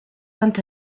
quant